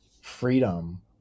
freedom